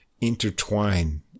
intertwine